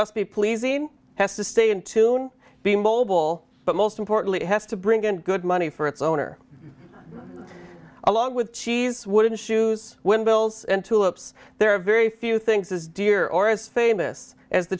must be pleasing has to stay in tune the mold will but most importantly it has to bring in good money for its owner along with cheese wooden shoes when bills and tulips there are very few things as dear or as famous as the